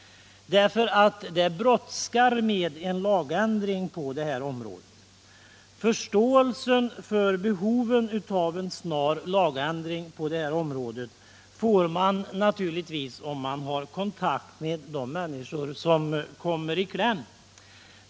Det brådskar nämligen med en lagändring just på det här området. Förståelsen för behovet av en snar lagändring får man naturligtvis om man har kontakt med sådana människor som kommit i kläm.